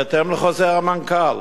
בהתאם לחוזר המנכ"ל.